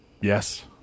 Yes